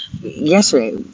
yesterday